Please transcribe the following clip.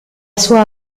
sua